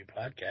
podcast